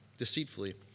Deceitfully